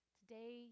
Today